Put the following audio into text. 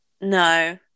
no